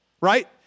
right